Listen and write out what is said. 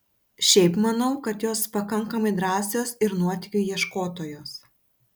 šiaip manau kad jos pakankamai drąsios ir nuotykių ieškotojos